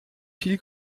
viel